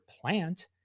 plant